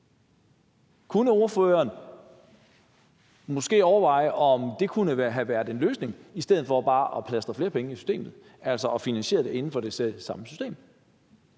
Kunne ordføreren måske overveje, om det kunne have været en løsning i stedet for bare at hælde flere penge i systemet, altså at finansiere det inden for det selv samme system?